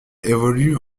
évolue